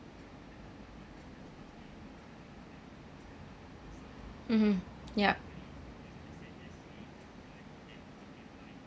mmhmm yup